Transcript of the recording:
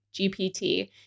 GPT